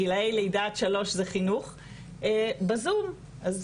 גילאי לידה עד שלוש זה מצריך גם חינוך וזה יהיה